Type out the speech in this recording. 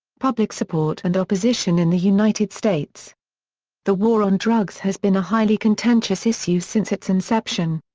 public support and opposition in the united states the war on drugs has been a highly contentious issue since its inception.